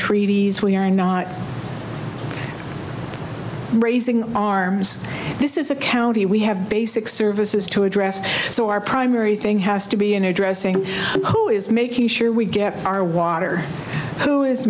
treaties we are not raising arms this is a county we have basic services to address so our primary thing has to be in addressing who is making sure we get our water